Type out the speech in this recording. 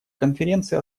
конференции